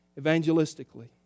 evangelistically